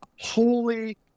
holy